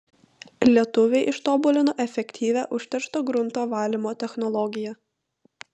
lietuviai ištobulino efektyvią užteršto grunto valymo technologiją